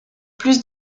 plus